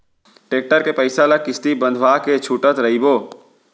tractor के पइसा ल किस्ती बंधवा के छूटत रइबो